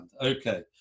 Okay